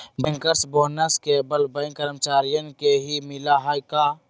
Bankers bonus केवल bank कर्मचारियन के ही मिला हई का?